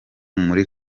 muri